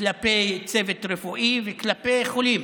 כלפי צוות רפואי וכלפי חולים.